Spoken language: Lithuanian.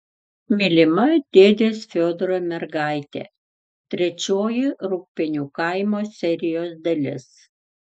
mylima dėdės fiodoro mergaitė trečioji rūgpienių kaimo serijos dalis